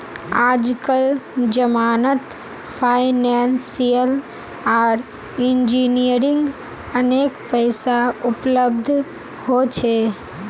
आजकल जमानत फाइनेंसियल आर इंजीनियरिंग अनेक पैसा उपलब्ध हो छे